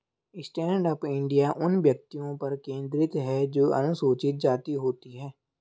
stand up India उन व्यक्तियों पर केंद्रित है जो अनुसूचित जाति होती है